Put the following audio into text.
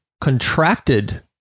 contracted